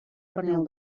pernil